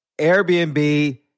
Airbnb